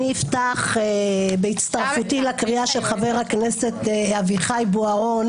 אני אפתח בהצטרפותי לקריאה של חבר הכנסת אביחי בוארון